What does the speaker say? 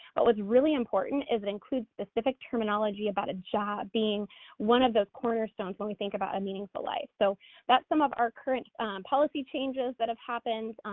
what was really important is it includes specific terminology about a job being one of the cornerstones when we think about a meaningful life. so that's some of our current policy changes that have happened,